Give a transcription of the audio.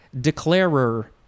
declarer